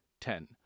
ten